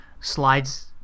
slides